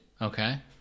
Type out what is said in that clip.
Okay